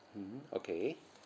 mmhmm okay